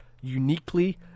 uniquely